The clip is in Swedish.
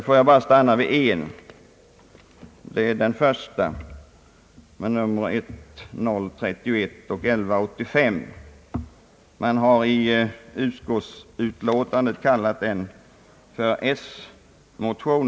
Får jag bara nämna en motion, nämligen I:1031 och II: 1183. Man har i utskottsutlåtandet kallat den för s-motionen.